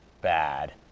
bad